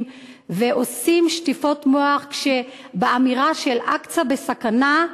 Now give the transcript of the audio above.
ועושים שטיפות מוח באמירה שאל-אקצא בסכנה,